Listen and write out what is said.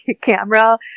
camera